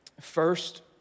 First